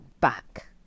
back